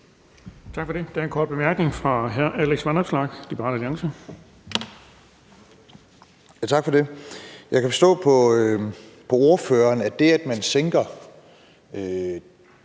Tak for det. Der er en kort bemærkning fra hr. Alex Vanopslagh, Liberal Alliance. Kl. 14:09 Alex Vanopslagh (LA): Tak for det. Jeg kan forstå på ordføreren, at det, at man sænker